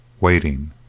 waiting